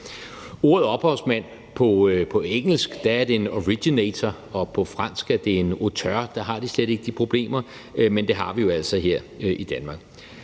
Ordet ophavsmand på engelsk er en originator, og på fransk er det en auteur. Der har de slet ikke de problemer, men det har vi jo altså her i Danmark.